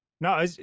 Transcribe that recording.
No